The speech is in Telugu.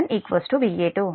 అందుకే Va1 Va2